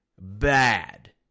Bad